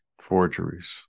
forgeries